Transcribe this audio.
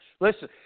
Listen